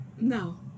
No